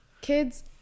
Kids